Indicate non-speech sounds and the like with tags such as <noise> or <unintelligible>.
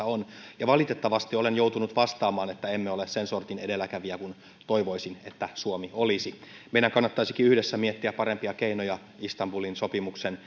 <unintelligible> on valitettavasti olen joutunut vastaamaan että emme ole sen sortin edelläkävijä kuin toivoisin että suomi olisi meidän kannattaisikin yhdessä miettiä parempia keinoja istanbulin sopimuksen <unintelligible>